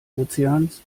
ozeans